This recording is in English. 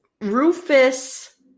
Rufus